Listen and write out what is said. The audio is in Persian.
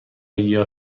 گیاه